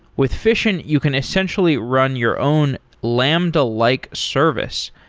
with fission, you can essentially run your own lambda-like service,